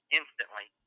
instantly